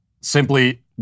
Simply